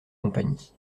compagnie